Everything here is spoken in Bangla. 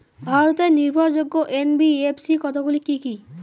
ভারতের নির্ভরযোগ্য এন.বি.এফ.সি কতগুলি কি কি?